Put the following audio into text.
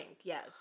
yes